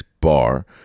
bar